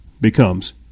becomes